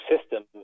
system